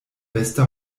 beste